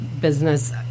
business